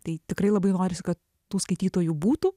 tai tikrai labai norisi kad tų skaitytojų būtų